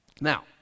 Now